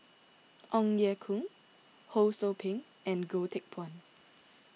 Ong Ye Kung Ho Sou Ping and Goh Teck Phuan